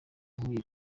nkuye